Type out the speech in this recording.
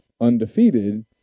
undefeated